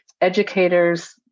educators